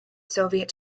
soviet